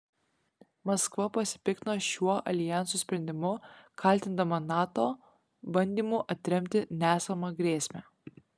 maskva pasipiktino šiuo aljanso sprendimu kaltindama nato bandymu atremti nesamą grėsmę